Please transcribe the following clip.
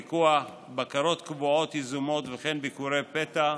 פיקוח, בקרות קבועות יזומות וכן ביקורי פתע.